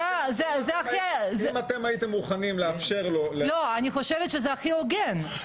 זה הכי --- אם הייתם מוכנים לאפשר לו --- אני חושבת שזה הכי הוגן.